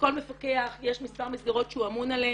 לכל מפקח יש מספר מסגרות שהוא אמון עליהן.